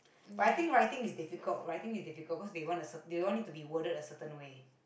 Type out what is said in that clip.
but I think writing is difficult writing is difficult cause they want to they all need to be worded a certain way